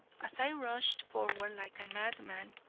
as i rushed forward like a madman,